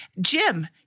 Jim